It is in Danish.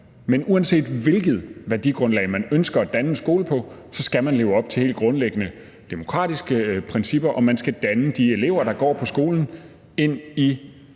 men uanset hvilket værdigrundlag man ønsker at danne en skole på, skal man leve op til helt grundlæggende demokratiske principper, og man skal danne de elever, der går på skolen, ind i